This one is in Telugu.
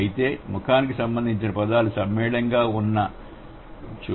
అయితే ముఖానికి సంబంధించిన పదాలు సమ్మేళనం లేదా ఉత్పన్నం ద్వారా పొందవచ్చు